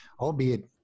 albeit